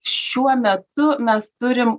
šiuo metu mes turim